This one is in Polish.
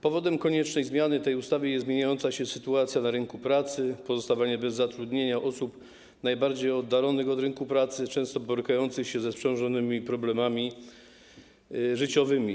Powodem koniecznej zmiany tej ustawy jest zmieniająca się sytuacja na rynku pracy, pozostawanie bez zatrudnienia osób najbardziej oddalonych od rynku pracy, często borykających się ze sprzężonymi problemami życiowymi.